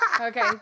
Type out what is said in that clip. Okay